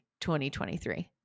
2023